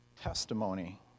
testimony